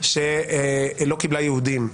שלא קיבלה יהודים.